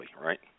right